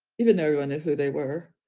even though everyone knew who they were,